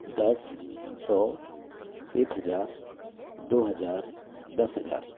दस सौ एक हज़ार दो हज़ार दस हज़ार